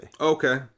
Okay